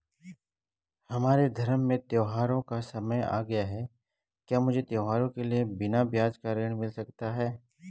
हमारे धर्म में त्योंहारो का समय आ गया है क्या मुझे त्योहारों के लिए बिना ब्याज का ऋण मिल सकता है?